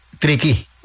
tricky